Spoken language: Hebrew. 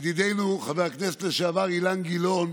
ידידנו חבר הכנסת לשעבר אילן גילאון,